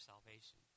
Salvation